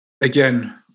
Again